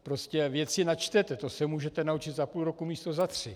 Prostě věci načtete, to se můžete naučit za půl roku místo za tři.